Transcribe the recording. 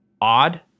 odd